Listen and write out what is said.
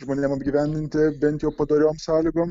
žmonėm apgyvendinti bent jau padoriom sąlygom